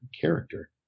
character